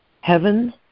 Heaven